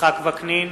יצחק וקנין,